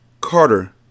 Carter